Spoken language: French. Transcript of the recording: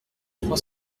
trois